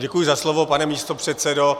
Děkuji za slovo, pane místopředsedo.